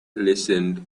listened